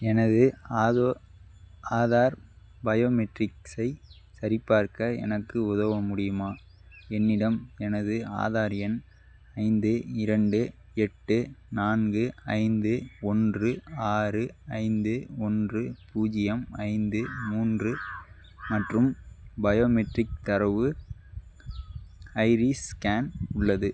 எனது ஆதோ ஆதார் பயோமெட்ரிக்ஸை சரிபார்க்க எனக்கு உதவ முடியுமா என்னிடம் எனது ஆதார் எண் ஐந்து இரண்டு எட்டு நான்கு ஐந்து ஒன்று ஆறு ஐந்து ஒன்று பூஜ்ஜியம் ஐந்து மூன்று மற்றும் பயோமெட்ரிக் தரவு ஐரிஸ் ஸ்கேன் உள்ளது